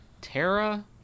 Terra